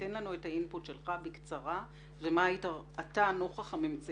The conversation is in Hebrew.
תן לנו בקצרה את האימפוט שלך ומה נוכח הממצאים